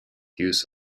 use